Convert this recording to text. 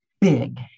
big